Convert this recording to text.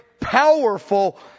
powerful